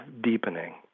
deepening